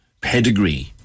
pedigree